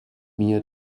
mir